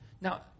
Now